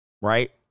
Right